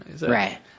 Right